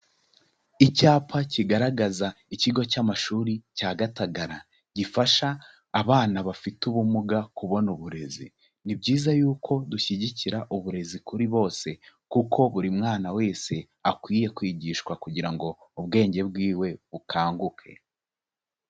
Icyapa kigaragaza ikigo cy'amashuri cya Gatagara gifasha abana bafite ubumuga kubona uburezi, ni byiza yuko dushyigikira uburezi kuri bose kuko buri mwana wese akwiye kwigishwa kugira ngo ubwenge bwiwe bukanguke.